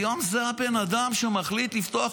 היום זה הבן אדם שמחליט לפתוח,